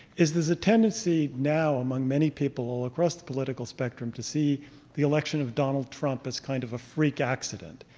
is there's a tendency now among many people all across the political spectrum to see the election of donald trump as kind of a freak accident.